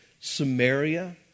Samaria